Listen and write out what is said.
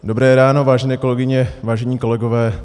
Dobré ráno, vážené kolegyně, vážení kolegové.